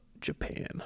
Japan